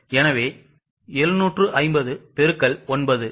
எனவே 750 பெருக்கல் 9